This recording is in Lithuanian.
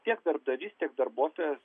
tiek darbdavys tiek darbuotojas